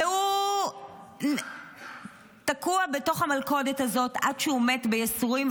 והוא תקוע בתוך המלכודת הזאת עד שהוא מת בייסורים,